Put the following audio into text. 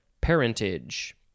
parentage